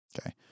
Okay